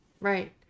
Right